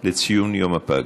לציון יום הפג.